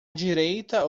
direita